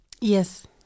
Yes